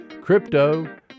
Crypto